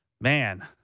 man